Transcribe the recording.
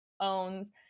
owns